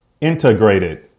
integrated